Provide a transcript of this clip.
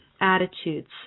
attitudes